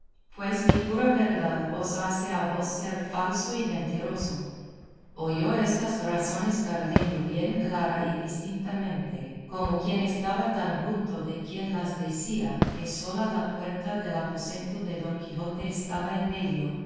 pues mi pura verdad os hace a vos ser falso y mentiroso oyó estas razones cardenio bien clara y distintamente como quien estaba tan junto de quien las decía que sola la puerta del aposento de don quijote estaba en medio